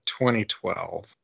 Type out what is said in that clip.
2012